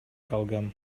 калгам